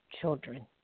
children